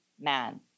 man